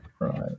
Right